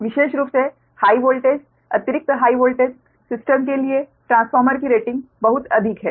विशेष रूप से high voltage अतिरिक्त हाइ वोल्टेज सिस्टम के लिए ट्रांसफार्मर की रेटिंग बहुत अधिक है